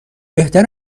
بهتر